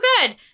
good